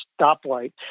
stoplight